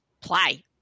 play